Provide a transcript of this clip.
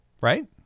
right